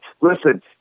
Listen